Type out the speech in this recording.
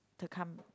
the com~